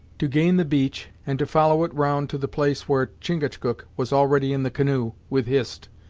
to gain the beach, and to follow it round to the place where chingachgook was already in the canoe, with hist,